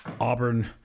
Auburn